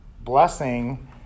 Blessing